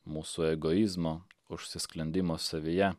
mūsų egoizmo užsisklendimo savyje